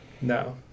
No